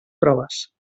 proves